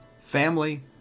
family